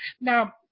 Now